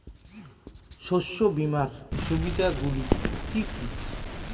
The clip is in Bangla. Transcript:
শস্য বীমার সুবিধা গুলি কি কি?